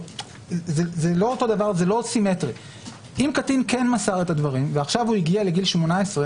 להצטרף באופן וולונטרי ולקבל את המסרים כאוות נפשם.